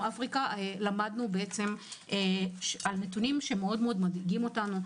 אפריקה למדנו נתונים שמדאיגים אותנו מאוד.